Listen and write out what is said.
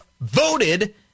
voted